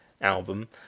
album